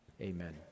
amen